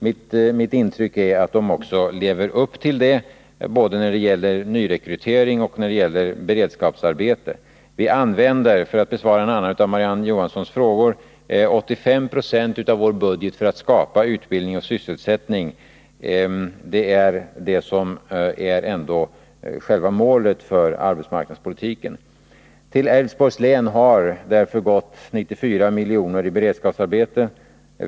Mitt intryck är att de också lever upp till sitt ansvar, både när det gäller nyrekrytering och när det gäller beredskapsarbete. Vi använder, för att besvara en annan av Marie-Ann Johanssons frågor, 85 96 av vår budget för att skapa utbildning och sysselsättning. Det är ändå det som är själva målet för arbetsmarknadspolitiken. Till Älvsborgs län har därför gått 94 milj.kr. för beredskapsarbeten.